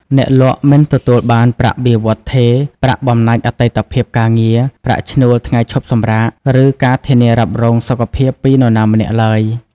អ្នកលក់មិនទទួលបានប្រាក់បៀវត្សរ៍ថេរ ប្រាក់បំណាច់អតីតភាពការងារ ប្រាក់ឈ្នួលថ្ងៃឈប់សម្រាក ឬការធានារ៉ាប់រងសុខភាពពីនរណាម្នាក់ឡើយ។